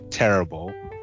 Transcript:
Terrible